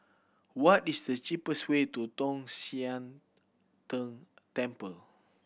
what is the cheapest way to Tong Sian Tng Temple